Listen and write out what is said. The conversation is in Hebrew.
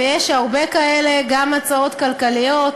ויש הרבה כאלה, גם הצעות כלכליות,